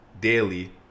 daily